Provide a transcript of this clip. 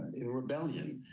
in rebellion.